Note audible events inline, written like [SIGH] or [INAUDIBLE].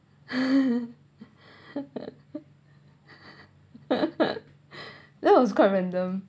[LAUGHS] that was quite random